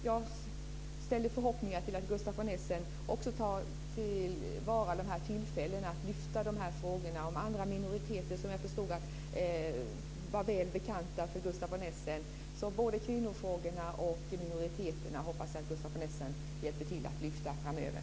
Jag ställer förhoppningar till att Gustaf von Essen tar till vara de här tillfällena att lyfta fram både kvinnofrågan och frågan om andra minoriteter - jag förstod att de var väl bekanta för Gustaf von Essen - framöver.